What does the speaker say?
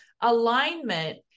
alignment